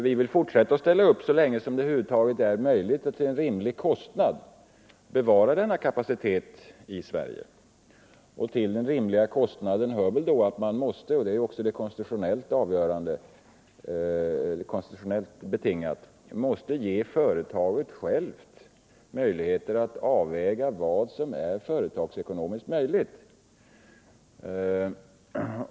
Vi vill fortsätta att ställa upp så länge som det över huvud taget är möjligt att till en rimlig kostnad bevara denna kapacitet i Sverige. När det gäller kostnadsfrågan måste man — det är också konstitutionellt betingat — ge företaget självt möjligheter att avväga vad som är företagsekonomiskt möjligt.